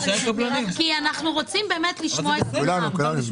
נפגשנו כי אנחנו רוצים באמת לשמוע את כולם.